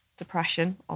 depression